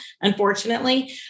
unfortunately